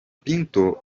pinto